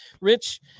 rich